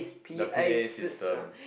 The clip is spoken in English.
the P_A system